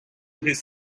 his